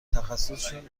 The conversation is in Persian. تخصصشون